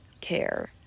care